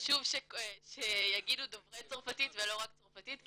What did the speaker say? חשוב שיגידו דוברי צרפתית ולא רק צרפתית,